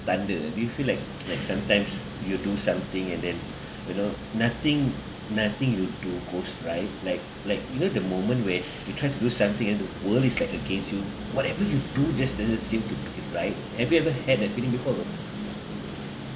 thunder do you feel like like sometimes you do something and then you know nothing nothing you do goes right like like even the moment where you try to do something and the worries got against you whatever you do just doesn't seem to be right have you ever had that feeling before bro